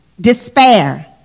despair